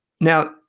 Now